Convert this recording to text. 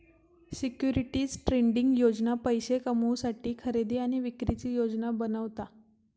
securities trading योजना पैशे कमवुसाठी खरेदी आणि विक्रीची योजना बनवता